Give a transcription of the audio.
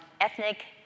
Ethnic